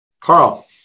Carl